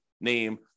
name